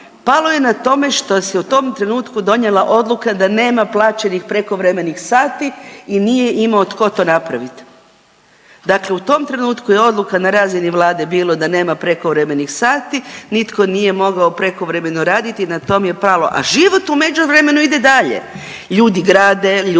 Palo je na tome što se u tom trenutku donijela odluka da nema plaćanih prekovremenih sati i nije imao tko to napraviti. Dakle u tom trenutku je odluka na razini Vlade bilo da nema prekovremenih sati, nitko nije mogao prekovremeno raditi i na tom je pralo, a život u međuvremenu ide dalje. Ljudi grade, ljudi